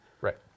Right